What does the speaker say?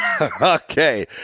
Okay